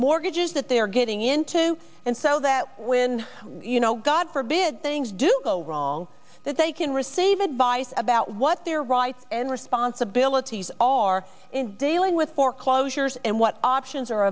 mortgages that they are getting into and so that when you know god forbid things do go wrong that they can receive advice about what their rights and responsibilities are dealing with foreclosures and what options are